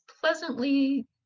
pleasantly